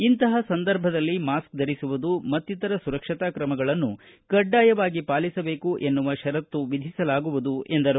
ಇಂತಹ ಸಂದರ್ಭದಲ್ಲಿ ಮಾಸ್ಕ್ ಧರಿಸುವುದು ಮತ್ತಿತರ ಸುರಕ್ಷತಾ ಕ್ರಮಗಳನ್ನು ಕಡ್ಡಾಯವಾಗಿ ಪಾಲಿಸಬೇಕು ಎನ್ನುವ ಷರತ್ತು ವಿಧಿಸಲಾಗುವುದು ಎಂದರು